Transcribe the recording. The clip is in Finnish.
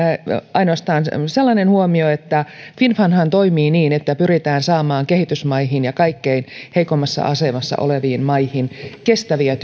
ainoastaan sellainen huomio että finnfundhan toimii niin että pyritään saamaan kehitysmaihin ja kaikkein heikoimmassa asemassa oleviin maihin kestäviä